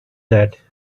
that